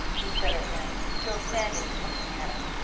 he said at length, still standing and looking at her.